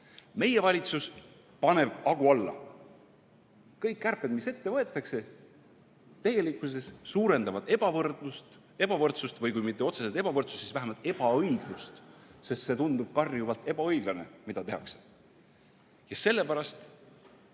Meie valitsus paneb hagu alla. Kõik kärped, mis ette võetakse, tegelikkuses suurendavad ebavõrdsust või kui mitte otseselt ebavõrdsust, siis vähemalt ebaõiglust. See tundub karjuvalt ebaõiglane, mida tehakse. Sellepärast